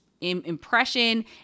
impression